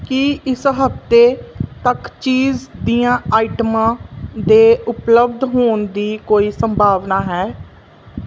ਕੀ ਇਸ ਹਫ਼ਤੇ ਤੱਕ ਚੀਜ਼ ਦੀਆਂ ਆਈਟਮਾਂ ਦੇ ਉਪਲੱਬਧ ਹੋਣ ਦੀ ਕੋਈ ਸੰਭਾਵਨਾ ਹੈ